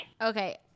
Okay